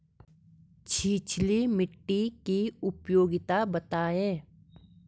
छिछली मिट्टी की उपयोगिता बतायें?